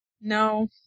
No